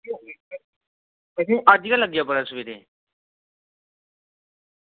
असें ई अज्ज गै पता लग्गेआ सबेरै